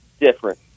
different